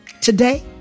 Today